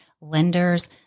lenders